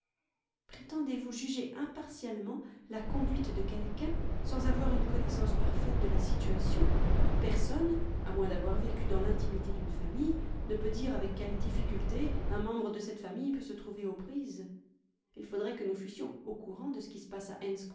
prétendez-vous juger impartialement la conduite de quelqu'un sans avoir une connaissance parfaite de la situation personne à moins d'avoir vécu dans l'intimité d'une famille ne peut dire avec quelles difficultés un membre de cette famille peut se trouver aux prises il faudrait que nous fussions au courant de ce qui se passe à